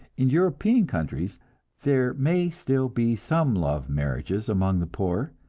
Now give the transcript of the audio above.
in european countries there may still be some love marriages among the poor,